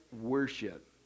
worship